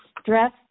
stress